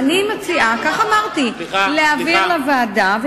אני מציעה, כך אמרתי, להעביר לוועדה.